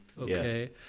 Okay